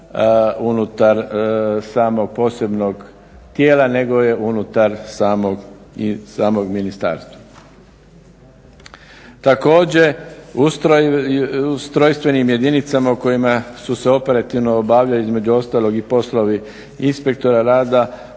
unutar samog posebnog tijela nego je unutar samog i samog ministarstva. Također ustrojstvenim jedinicama u kojima su se operativno obavljali između ostalog i poslovi inspektora rada